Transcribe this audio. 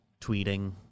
Tweeting